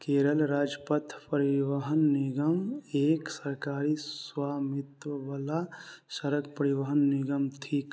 केरल राज्य पथ परिवहन निगम एक सरकारी स्वामित्ववला सड़क परिवहन निगम थिक